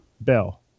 bell